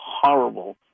horrible